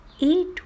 Eight